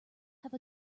have